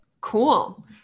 Cool